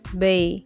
bay